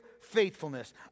faithfulness